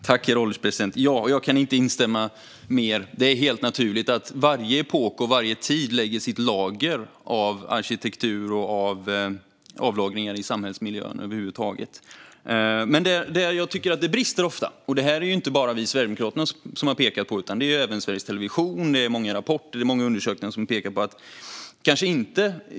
Herr ålderspresident! Jag kan inte instämma mer. Det är helt naturligt att varje epok och varje tid lägger sitt lager av arkitektur i samhällsmiljön. Det är inte bara Sverigedemokraterna som har pekat på att det brister; det har även Sveriges Television gjort, och det finns många rapporter och många undersökningar som pekar på det.